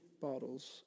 bottles